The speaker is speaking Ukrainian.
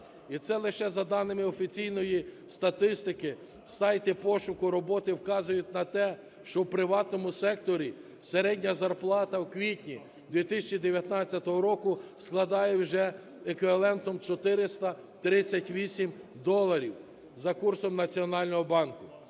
І це лише за даними офіційної статистики, сайти пошуку роботи вказують на те, що в приватному секторі середня зарплата в квітні 2019 року складає вже еквівалентом 438 доларів за курсом Національно банку.